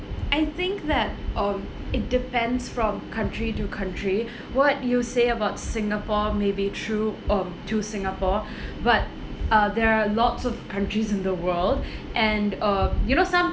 I think that um it depends from country to country what you say about singapore may be true um to singapore but uh there are lots of countries in the world and uh you know some